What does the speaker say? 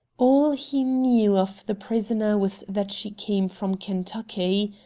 all he knew of the prisoner was that she came from kentucky.